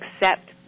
accept